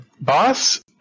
Boss